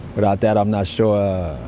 without that, i'm not sure